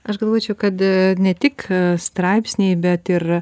aš galvočiau kad ne tik straipsniai bet ir